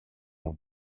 long